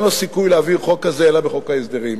לו סיכוי להעביר חוק כזה אלא בחוק ההסדרים.